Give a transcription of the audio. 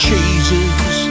Jesus